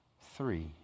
three